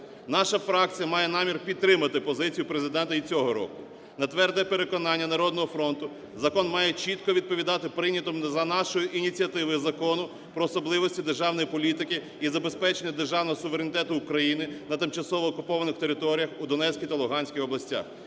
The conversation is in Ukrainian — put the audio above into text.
Наша фракція має намір підтримати позицію Президента і цього року. На тверде переконання "Народного фронту", закон має чітко відповідати прийнятому за нашої ініціативи Закону "Про особливості державної політики із забезпечення державного суверенітету України на тимчасово окупованих територіях у Донецькій та Луганській областях",